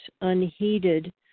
unheeded